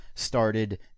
started